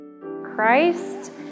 Christ